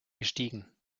gestiegen